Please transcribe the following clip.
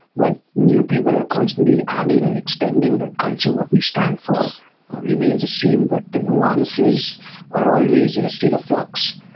where new people are constantly adding and extending that culture, what we stand for remains the same, but the nuances are always in a state of flux.